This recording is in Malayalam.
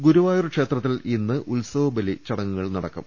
ഗുരുവായൂർ ക്ഷേത്രത്തിൽ ഇന്ന് ഉത്സവബലി ചടങ്ങുകൾ നട ക്കും